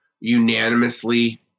unanimously